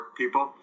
people